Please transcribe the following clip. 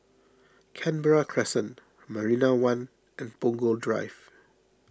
Canberra Crescent Marina one and Punggol Drive